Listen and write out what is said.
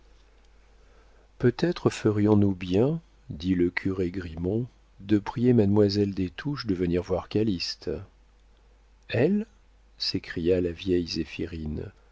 peut-être ferions-nous bien dit le curé grimont de prier mademoiselle des touches de venir voir calyste elle s'écria la vieille